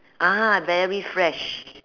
ah very fresh